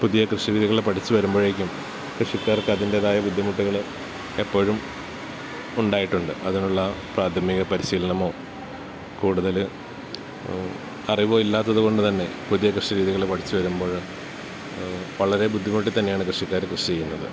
പുതിയ കൃഷി രീതികള് പഠിച്ചുവരുമ്പോഴേക്കും കൃഷിക്കാർക്കതിൻ്റെതായ ബുദ്ധിമുട്ടുകള് എപ്പോഴും ഉണ്ടായിട്ടുണ്ട് അതിനുള്ള പ്രാഥമിക പരിശീലനമോ കൂടുതല് അറിവോ ഇല്ലാത്തതുകൊണ്ടുതന്നെ പുതിയ കൃഷി രീതികള് പഠിച്ചുവരുമ്പോള് വളരെ ബുദ്ധിമുട്ടിത്തന്നെയാണ് കൃഷിക്കാര് കൃഷി ചെയ്യുന്നത്